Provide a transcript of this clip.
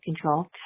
control